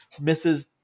Mrs